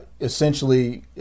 essentially